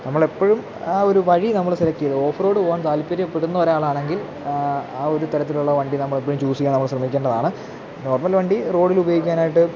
നമ്മളെപ്പഴും ആ ഒരു വഴി നമ്മള് സെലക്ടെയ്ത് ഓഫ് റോഡ് പോവാൻ താൽപര്യപ്പെടുന്ന ഒരാളാണെങ്കിൽ ആ ഒരു തരത്തിലുള്ള വണ്ടി നമ്മളെപ്പോഴും ചൂസേയ്യാൻ നമ്മള് ശ്രമിക്കേണ്ടതാണ് കുഴപ്പമുള്ള വണ്ടി റോഡിൽ ഉപയോഗിക്കാനായിട്ട്